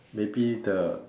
maybe the